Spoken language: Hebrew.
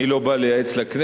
אני לא בא לייעץ לכנסת.